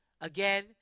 Again